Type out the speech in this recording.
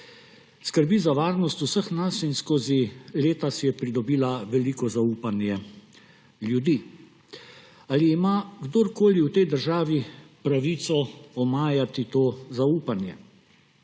Skrbi za varnost vseh nas in skozi leta si je pridobila veliko zaupanje ljudi. Ali ima kdorkoli v tej državi pravico omajati to zaupanje?